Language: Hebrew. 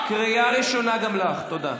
קריאה ראשונה גם לך, תודה.